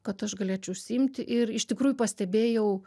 kad aš galėčiau užsiimti ir iš tikrųjų pastebėjau